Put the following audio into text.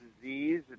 disease